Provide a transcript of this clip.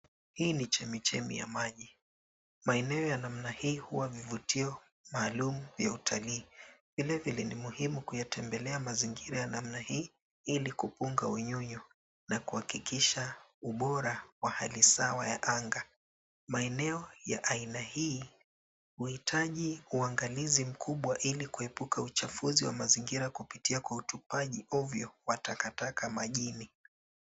Hii ni chemichemi ya maji, maeneo ya namna hii huwa vivutio maalum vya utalii. Vilevile ni muhimu kuyatembelea mazingira ya namna hii, ili kupunga manyunyu na kuhakikisha ubora wa hali sawa ya anga. Maeneo ya aina hii huitaji uangalizi mkubwa ili kuepuka uchafuzi wa mazingira kupitia kwa utupaji ovyo wa takataka majini.